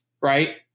right